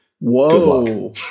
Whoa